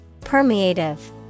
Permeative